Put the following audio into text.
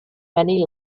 many